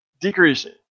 decreasing